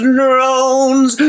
drones